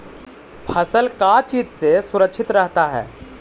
फसल का चीज से सुरक्षित रहता है?